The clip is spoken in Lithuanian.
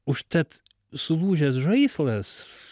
užtat sulūžęs žaislas